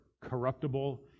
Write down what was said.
corruptible